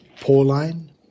Pauline